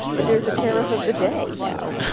there's a tariff of the day now